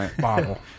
bottle